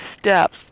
steps